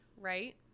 right